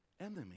enemy